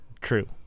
True